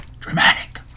dramatic